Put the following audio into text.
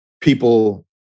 people